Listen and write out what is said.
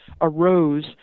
arose